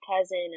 cousin